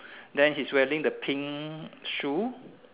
then she's wearing the pink shoe